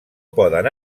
poden